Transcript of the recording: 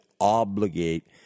obligate